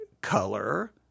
color